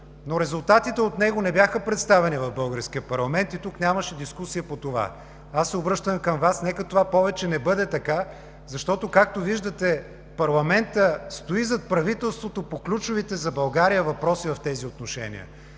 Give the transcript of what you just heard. Резултатите от него не бяха представени в българския парламент. Тук нямаше дискусия по това. Обръщам се към Вас, нека това повече не бъде така, защото, както виждате, парламентът стои зад правителството по ключовите за България въпроси в тези отношения.